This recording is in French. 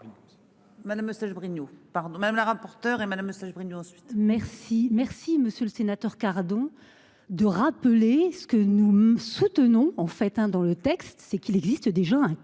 madame la rapporteure et Madame Eustache-Brinio ensuite. Merci, merci, Monsieur le Sénateur cardons de rappeler ce que nous soutenons en fait hein. Dans le texte c'est qu'il existe déjà un cadre